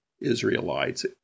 Israelites